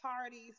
parties